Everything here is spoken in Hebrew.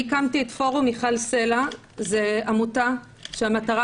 אני הקמתי את פורום מיכל סלע שהמטרה שלה